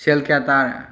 ꯁꯦꯜ ꯀꯌꯥ ꯇꯥꯔꯦ